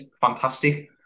Fantastic